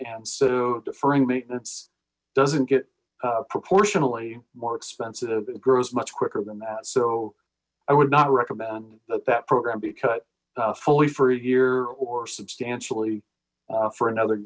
and so deferring maintenance doesn't get proportionally more expensive grows much quicker than that so i would not recommend that that program be cut fully for a year or substantially for another